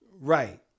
Right